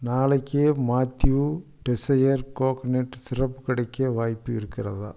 நாளைக்கே Mathieu Teisseire coconut syrup கிடைக்க வாய்ப்பு இருக்கிறதா